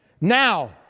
Now